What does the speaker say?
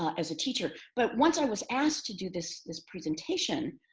ah as a teacher? but once i was asked to do this this presentation,